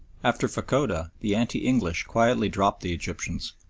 after fachoda the anti-english quietly dropped the egyptians.